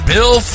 Bill